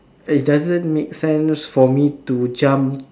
it doesn't make sense for me to jump